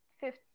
fifth